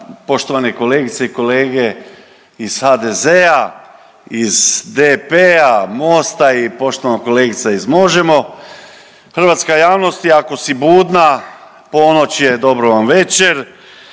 poštovane kolegice i kolege iz HDZ-a, iz DP-a, MOST-a i poštovana kolegica iz MOŽEMO. Hrvatska javnosti ako si budna ponoć je, dobro vam večer.